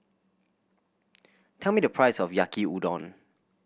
tell me the price of Yaki Udon